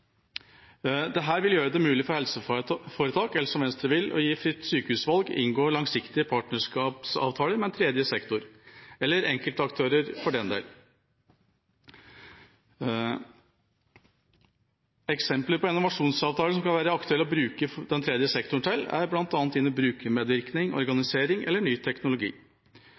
vil gjøre det mulig for helseforetak – som Venstre vil – å gi fritt sykehusvalg og inngå langsiktige partnerskapsavtaler med den tredje sektor – eller enkeltaktører for den del. Eksempler på innovasjonsavtale som kan være aktuell å bruke for den tredje sektor, er bl.a. innen brukermedvirkning, organisering eller ny teknologi.